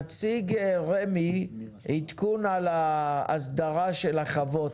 נציג רמ"י, עדכון על ההסדרה של החוות,